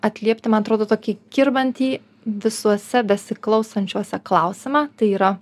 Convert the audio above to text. atliepti man atrodo tokį kirbantį visuose besiklausančiuose klausimą tai yra